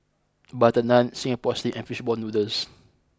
Butter Naan Singapore Sling and Fish Ball Noodles